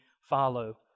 follow